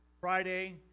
Friday